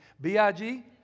B-I-G